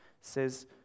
says